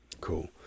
Cool